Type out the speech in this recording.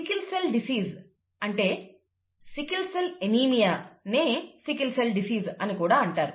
sickle cell disease అంటే sickle cell anaemia నే sickle cell disease అని కూడా అంటారు